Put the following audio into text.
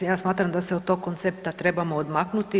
Ja smatram da se od tog koncepta trebamo odmaknuti.